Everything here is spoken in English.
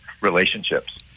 relationships